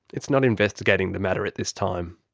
it's not investigating the matter at this time.